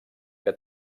que